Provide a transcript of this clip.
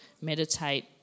meditate